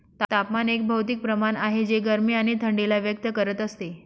तापमान एक भौतिक प्रमाण आहे जे गरमी आणि थंडी ला व्यक्त करत असते